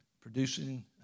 Producing